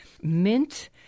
mint